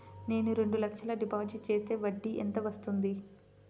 నేను రెండు లక్షల డిపాజిట్ చేస్తే వడ్డీ ఎంత వస్తుంది?